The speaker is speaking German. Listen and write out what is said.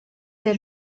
der